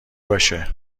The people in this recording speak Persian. باشه